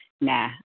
nah